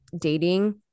dating